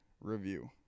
Review